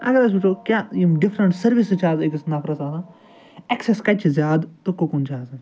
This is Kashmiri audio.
اَگر أسۍ وُچھُو کیٛاہ یِم ڈِفریٚنٹہٕ سٔروِسِس چھِ آز أکِس نفرَس آسان ایٚکسیٚس کَتہِ چھِ زیادٕ تہٕ کُکُن چھِ آسان